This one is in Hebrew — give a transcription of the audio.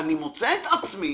אני מוצא את עצמי